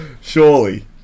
Surely